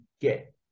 get